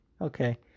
Okay